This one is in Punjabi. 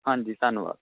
ਹਾਂਜੀ ਧੰਨਵਾਦ